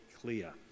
clear